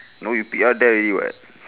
no you P_R there already [what]